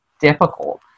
difficult